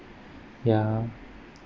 ya